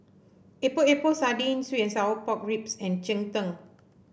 Epok Epok Sardin sweet and Sour Pork Ribs and Cheng Tng